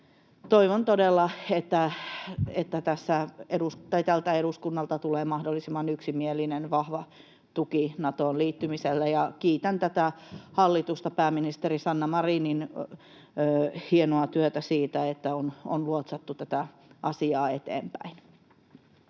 Toivon todella, että tältä eduskunnalta tulee mahdollisimman yksimielinen, vahva tuki Natoon liittymiselle, ja kiitän tätä hallitusta, pääministeri Sanna Marinin hienoa työtä, siitä, että on luotsattu tätä asiaa eteenpäin.